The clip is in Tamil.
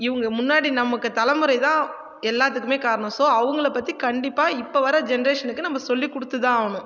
இவங்க முன்னாடி நமக்கு தலைமுறை தான் எல்லாத்துக்குமே காரணம் ஸோ அவங்களை பற்றி கண்டிப்பாக இப்போ வர ஜென்ரேஷனுக்கு நம்ம சொல்லி கொடுத்து தான் ஆகணும்